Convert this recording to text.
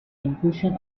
inclusion